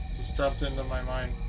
just jumped into my mind.